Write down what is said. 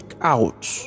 out